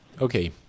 Okay